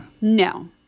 No